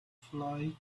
flight